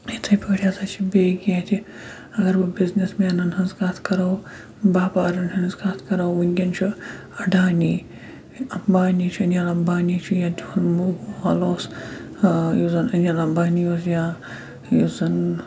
یِتھَے پٲٹھۍ ہَسا چھِ بیٚیہِ کینٛہہ تہِ اگر بہٕ بِزنٮ۪س مینَن ہِنٛز کَتھ کَرو باپارَن ہٕنٛز کَتھ کَرو وٕنکیٚن چھُ اَڈانی اَمبانی چھُ اَنیٖل اَمبانی چھُ یا تِہُنٛد مول اوس یُس زَن اَنیٖل اَمبانی اوس یا یُس زَن